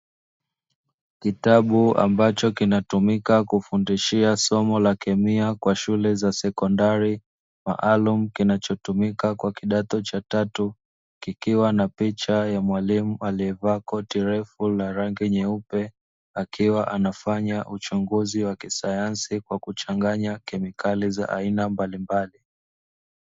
Kitabu ambacho kinatumika kufundishia somo la kemia kwa shule za sekondari, maalumu kinachotumika kwa kidacho cha tatu. Kikiwa na picha ya mwalimu aliyevaa koti refu la rangi nyeupe, akiwa anafanya uchunguzi wa kisayansi kwa kuchanganya kemikali za aina mbalimbali.